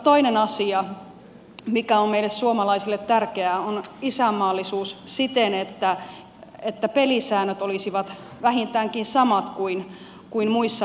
toinen asia mikä on meille suomalaisille tärkeää on isänmaallisuus siten että pelisäännöt olisivat vähintäänkin samat kuin muissa lähimaissa